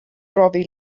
brofi